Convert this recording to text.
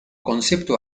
concepto